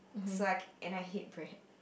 so I k~ and I hate bread